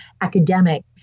academic